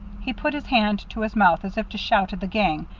he put his hand to his mouth as if to shout at the gang,